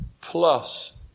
plus